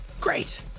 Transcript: Great